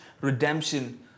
redemption